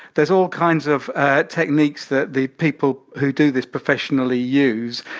there's all kinds of techniques that the people who do this professionally use.